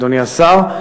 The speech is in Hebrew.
אדוני השר,